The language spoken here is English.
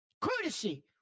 Courtesy